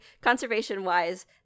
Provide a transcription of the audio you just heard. conservation-wise